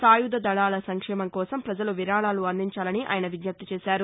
సాయుధ దళాల సంక్షేమం కోసం పజలు విరాళాలు అందించాలని ఆయన విజ్ఞప్తి చేశారు